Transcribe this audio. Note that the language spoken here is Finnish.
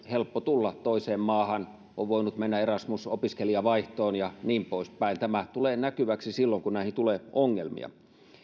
helppoa tulla toiseen maahan on voinut mennä erasmus opiskelijavaihtoon ja niin poispäin tämä tulee näkyväksi silloin kun näihin tulee ongelmia